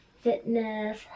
fitness